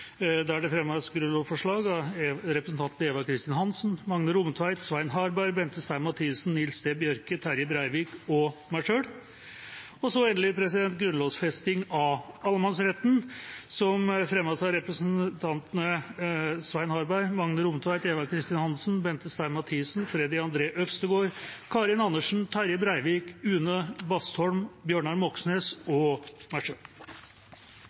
Der fremmes det et grunnlovsforslag fra representantene Eva Kristin Hansen, Magne Rommetveit, Svein Harberg, Bente Stein Mathisen, Nils T. Bjørke, Terje Breivik og meg selv. Så er det endelig et forslag om grunnlovfesting av allemannsretten som fremmes av representantene Svein Harberg, Magne Rommetveit, Eva Kristin Hansen, Bente Stein Mathisen, Freddy André Øvstegård, Karin Andersen, Terje Breivik, Une Bastholm, Bjørnar Moxnes og meg